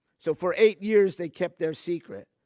so for eight years they kept their secret.